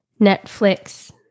Netflix